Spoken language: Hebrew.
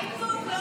מה איפוק?